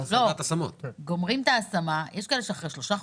חשוב לי לראות שאנחנו יודעים להגיע לכלל האוכלוסיות.